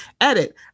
Edit